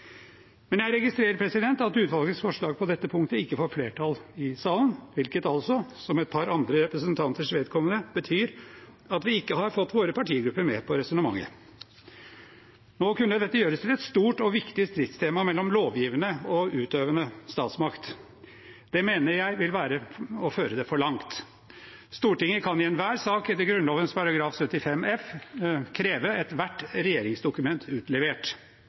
Men jeg registrerer at utvalgets forslag på dette punktet ikke får flertall i salen – hvilket altså, som for et par andre representanters vedkommende, betyr at vi ikke har fått våre partigrupper med på resonnementet. Nå kunne dette gjøres til et stort og viktig stridstema mellom lovgivende og utøvende statsmakt. Det mener jeg vil være å føre det for langt. Stortinget kan i enhver sak kreve ethvert regjeringsdokument utlevert etter Grunnloven § 75 f.